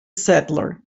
settler